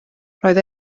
roedd